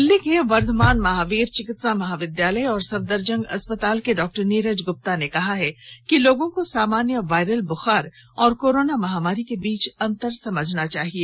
दिल्ली के वर्धमान महावीर चिकित्सा महाविद्याल और सफदरजंग अस्पताल के डॉक्टर नीरज गुप्ता ने कहा है कि लोगों को सामान्य वायरल बूखार और कोरोना महामारी के बीच के अंतर को समझना चाहिए